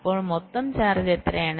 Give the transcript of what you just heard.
അപ്പോൾ മൊത്തം ചാർജ് എത്രയാണ്